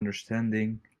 understanding